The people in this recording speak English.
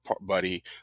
buddy